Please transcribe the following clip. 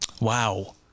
Wow